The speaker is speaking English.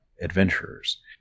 adventurers